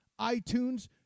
iTunes